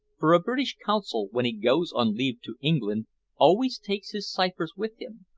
for a british consul when he goes on leave to england always takes his ciphers with him,